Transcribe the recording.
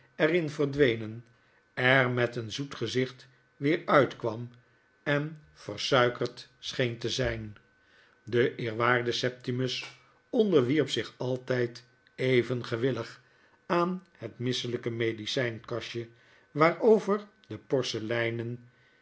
in verdwenen er met een zoet gezicht weer uitkwam en versuikerd scheen te zijn de eerwaarde septimus onderwierp zich altgd even gewillig aan het misselpe medicynkastje waarover de porseleinen